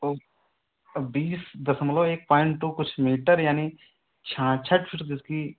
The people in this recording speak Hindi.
ओ बीस दशमलव एक पॉइंट टू कुछ मीटर यानी छियासठ फ़िट उसकी